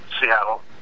Seattle